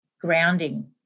grounding